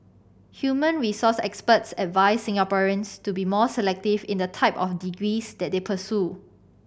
human resource experts advised Singaporeans to be more selective in the type of degrees that they pursue